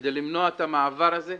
כדי למנוע את המעבר הזה.